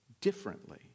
differently